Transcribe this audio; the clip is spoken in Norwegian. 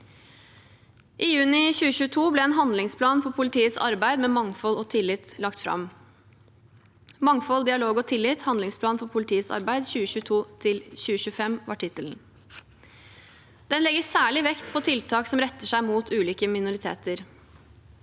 I juni 2022 ble en handlingsplan for politiets arbeid med mangfold og tillit lagt fram. «Mangfold, dialog og tillit: Handlingsplan for politiets arbeid 2022–2025» er tittelen. Den legger særlig vekt på tiltak som retter seg mot ulike minoriteter.